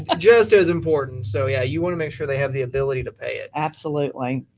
ah just as important. so yeah. you want to make sure they have the ability to pay it. absolutely.